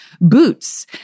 boots